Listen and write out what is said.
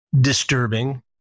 disturbing